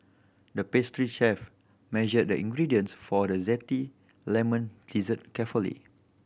the pastry chef measured the ingredients for a zesty lemon dessert carefully